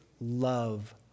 love